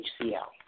HCL